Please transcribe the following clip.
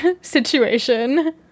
situation